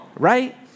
Right